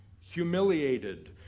humiliated